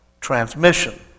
transmission